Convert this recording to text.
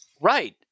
Right